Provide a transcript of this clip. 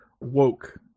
woke